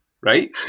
right